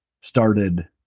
started